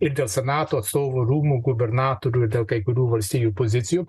ir dėl senato atstovų rūmų gubernatorių dėl kai kurių valstijų pozicijų